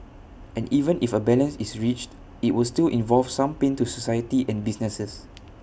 and even if A balance is reached IT will still involve some pain to society and businesses